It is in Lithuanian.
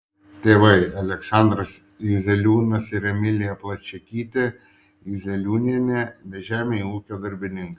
tėvai aleksandras juzeliūnas ir emilija plačiakytė juzeliūnienė bežemiai ūkio darbininkai